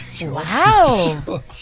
Wow